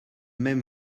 même